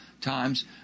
times